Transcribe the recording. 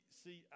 see